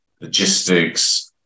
logistics